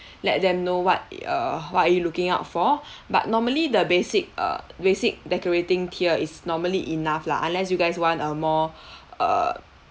let them know what err what are you looking out for but normally the basic uh basic decorating tier is normally enough lah unless you guys want a more err